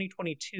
2022